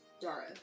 Dara